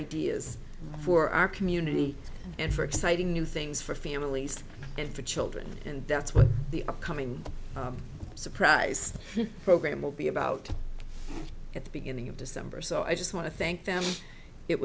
ideas for our community and for exciting new things for families and for children and that's what the upcoming surprise program will be about at the beginning of december so i just want to thank them it